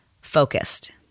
focused